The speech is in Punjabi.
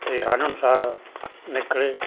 ਅਤੇ ਹੰਢਣਸਾਰ ਨਿਕਲੇ